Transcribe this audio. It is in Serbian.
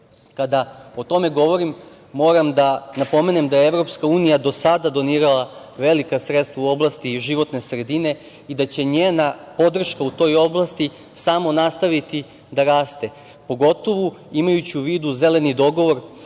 Kada o tome govorim moram da napomenem da je Evropska unija do sada donirala velika sredstva u oblasti životne sredine i da će njena podrška u toj oblasti samo nastaviti da raste pogotovu imajući u vidu „zeleni dogovor“